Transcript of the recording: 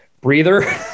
breather